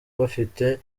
bafite